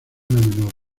menor